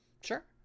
Sure